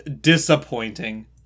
disappointing